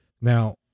Now